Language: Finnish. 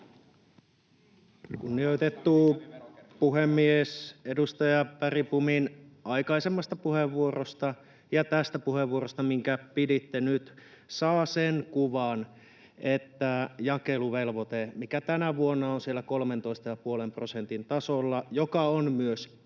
Kunnioitettu puhemies! Edustaja Bergbomin aikaisemmasta puheenvuorosta ja tästä puheenvuorosta, minkä piditte nyt, saa sen kuvan, että tämä jakeluvelvoite, mikä tänä vuonna on siellä 13,5 prosentin tasolla ja on myös